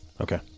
Okay